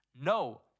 No